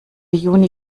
juni